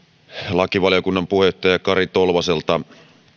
lakivaliokunnan puheenjohtaja kari tolvaselta